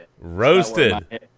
roasted